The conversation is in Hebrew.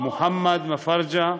מוחמד מאפרג'ה,